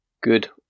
Good